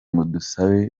dusabe